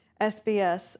SBS